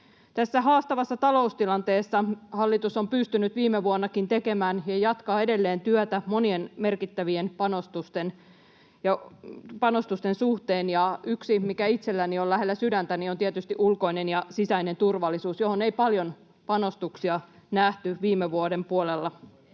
Tässä haastavassa taloustilanteessa hallitus on pystynyt viime vuonnakin tekemään ja jatkaa edelleen työtä monien merkittävien panostusten suhteen. Ja yksi, mikä itselläni on lähellä sydäntä, on tietysti ulkoinen ja sisäinen turvallisuus, johon ei paljon panostuksia nähty viime hallituksen puolella.